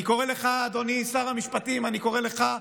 אני קורא לך, אדוני שר המשפטים, אני קורא לך,